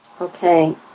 Okay